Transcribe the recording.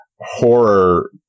horror